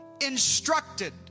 instructed